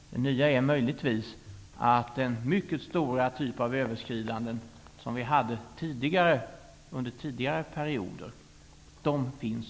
Det nya är möjligtvis att de mycket stora överskridanden som vi hade under tidigare perioder nu icke finns.